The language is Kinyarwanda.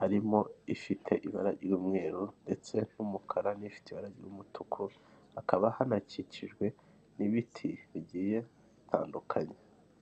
harimo ifite ibara ry'umweru ndetse n'umukara, n'ifite ibara ry'umutuku hakaba hanakikijwe n'ibiti bigiye bitandukanye.